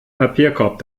papierkorb